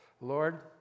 Lord